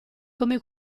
come